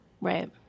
Right